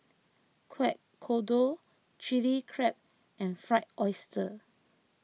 Kueh Kodok Chili Crab and Fried Oyster